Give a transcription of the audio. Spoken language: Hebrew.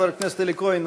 חבר הכנסת אלי כהן,